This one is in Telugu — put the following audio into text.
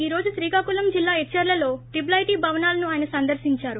ఈ రోజు శ్రీకాకుళం జిల్లా హెచ్చర్లలో ట్రిపుల్ ఐటీ భవనాలను ఆయన సందర్పించారు